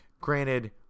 Granted